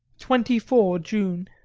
twenty four june,